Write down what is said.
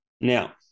Now